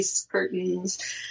curtains